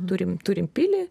turim turim pilį